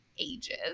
Ages